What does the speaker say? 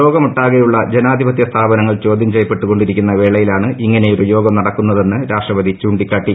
ലോകമൊട്ടാകെയുള്ള ജനാധിപത്യ സ്ഥാപനങ്ങൾ ചോദ്യം ചെയ്യപ്പെട്ടുകൊണ്ടിരിക്കുന്ന വേളയിലാണ് ഇങ്ങനെയൊരു യോഗം നടക്കുന്നതെന്ന് രാഷ്ട്രപതി ചൂണ്ടിക്കാട്ടി